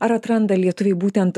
ar atranda lietuviai būtent